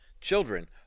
children